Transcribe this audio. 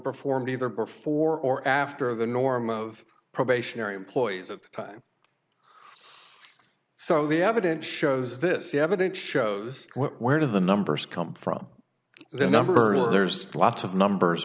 performed either before or after the norm of probationary employees at the time so the evidence shows this evidence shows where the numbers come from their number has lots of numbers